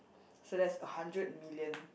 so that's a hundred million